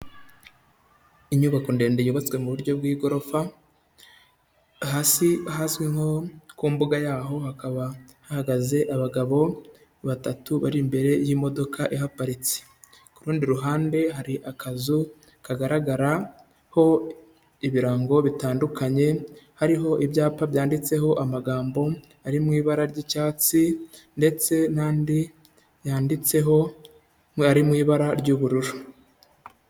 Inyubako ndende yubatswe mu buryo bw'igorofa, hasi hazwi nko ku mbuga yaho hakaba hahagaze abagabo batatu bari imbere y'imodoka ihaparitse. Ku rundi ruhande hari akazu kagaragaraho ibirango bitandukanye, hariho ibyapa byanditseho amagambo ari mu ibara ry'icyatsi, ndetse n'andi yanditseho ari mu ibara ry'ubururu.